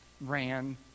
ran